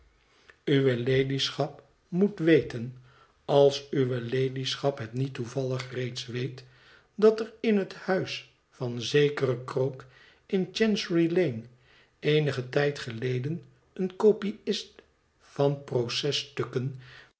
uwe ladyschap moet weten als uwe ladyschap het niet toevallig reeds weet dat er in het huis van zekeren krook in chancery lane eenigen tijd geleden een kopiist van